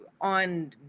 on